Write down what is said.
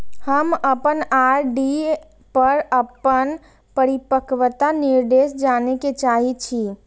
हम अपन आर.डी पर अपन परिपक्वता निर्देश जाने के चाहि छी